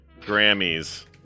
Grammys